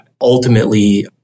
ultimately